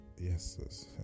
yes